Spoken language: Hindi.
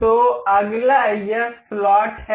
तो अगला यह स्लॉट है